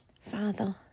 Father